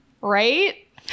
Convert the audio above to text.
right